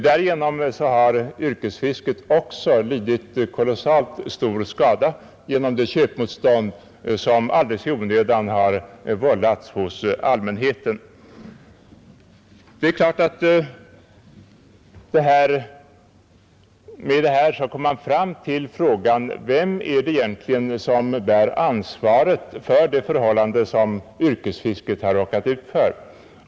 Därigenom har yrkesfisket åsamkats kolossalt stor skada genom det köpmotstånd som alldeles i onödan har väckts hos allmänheten. Detta för naturligtvis fram till frågan: Vem är det egentligen som bär ansvaret för den situation som yrkesfisket nu befinner sig i?